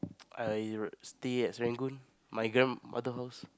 I would stay at Serangoon my grandmother house